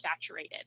saturated